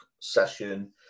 session